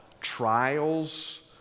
trials